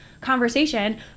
conversation